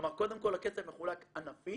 כלומר קודם כל הכסף מחולק ענפי